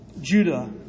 Judah